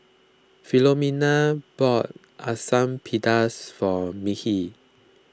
Philomena bought Asam Pedas for Mekhi